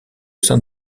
sein